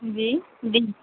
جی جی